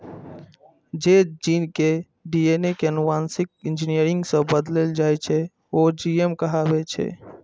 जे जीव के डी.एन.ए कें आनुवांशिक इंजीनियरिंग सं बदलि देल जाइ छै, ओ जी.एम कहाबै छै